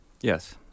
Yes